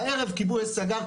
בערב כיבוי אש סגר,